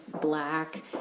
black